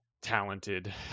talented